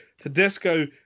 Tedesco